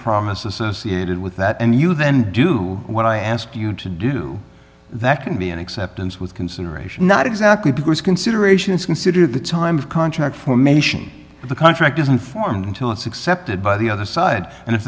promise associated with that and you then do what i ask you to do that can be an acceptance with consideration not exactly because consideration is considered at the time of contract formation of the contract isn't formed until it's accepted by the other side and if